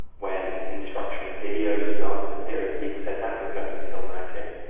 when instructional videos started appearing, people said that was going to kill magic.